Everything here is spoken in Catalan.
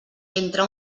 entre